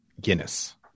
Guinness